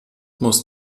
muss